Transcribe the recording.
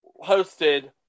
hosted